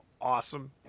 awesome